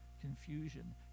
confusion